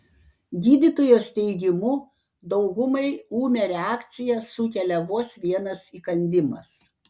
gydytojos teigimu daugumai ūmią reakciją sukelia vos vienas įkandimas